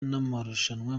n’amarushanwa